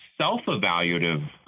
self-evaluative